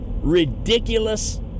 ridiculous